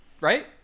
right